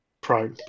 Pro